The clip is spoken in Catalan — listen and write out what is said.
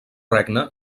regne